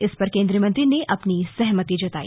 इस पर केन्द्रीय मंत्री ने अपनी सहमति जतायी